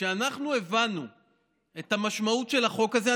כשאנחנו הבנו את המשמעות של החוק הזה,